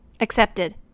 Accepted